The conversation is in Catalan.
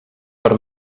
per